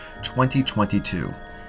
2022